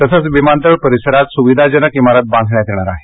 तसंच विमानतळ परिसारत सुविधाजनक इमारत बांधण्यात येणार आहे